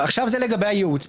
עכשיו זה לגבי הייעוץ.